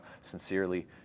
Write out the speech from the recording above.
sincerely